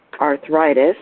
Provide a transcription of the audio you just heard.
arthritis